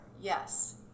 yes